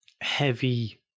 heavy